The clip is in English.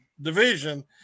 division